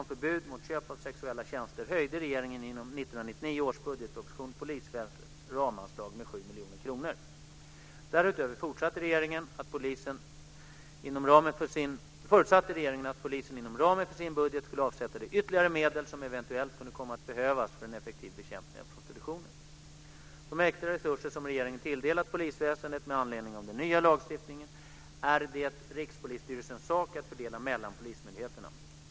om förbud mot köp av sexuella tjänster höjde regeringen genom 1999 års budgetproposition polisväsendets ramanslag med 7 miljoner kronor. Därutöver förutsatte regeringen att polisen inom ramen för sin budget skulle avsätta de ytterligare medel som eventuellt kunde komma att behövas för en effektiv bekämpning av prostitutionen. De extra resurser som regeringen tilldelat polisväsendet med anledning av den nya lagstiftningen är det Rikspolisstyrelsens sak att fördela mellan polismyndigheterna.